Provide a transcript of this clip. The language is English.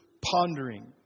pondering